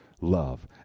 love